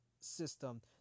system